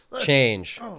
Change